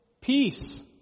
peace